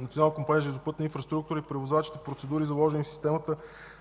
Национална компания „Железопътна инфраструктура” и превозвачните процедури, заложени в системата